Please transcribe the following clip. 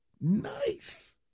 Nice